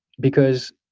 because